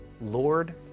Lord